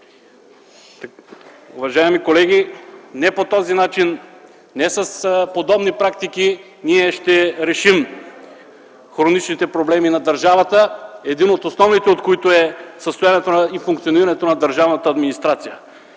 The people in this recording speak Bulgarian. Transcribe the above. Уважаеми колеги, не по този начин, не с подобни практики ние ще решим хроничните проблеми на държавата, един от основните от които е състоянието и функционирането на държавната администрация.